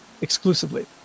exclusively